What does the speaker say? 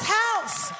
house